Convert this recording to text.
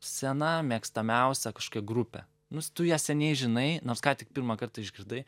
sena mėgstamiausia kažkokia grupė nus tu ją seniai žinai nors ką tik pirmą kartą išgirdai